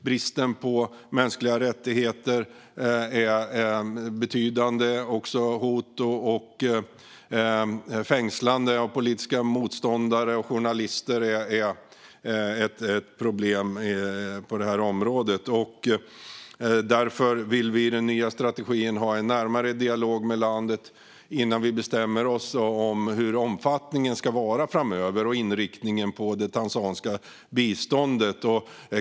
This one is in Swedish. Bristen på mänskliga rättigheter är betydande, och det finns också problem med hot mot och fängslande av politiska motståndare och journalister. Därför vill vi i den nya strategin ha en närmare dialog med landet innan vi bestämmer oss för hur omfattningen av och inriktningen på det tanzaniska biståndet ska vara framöver.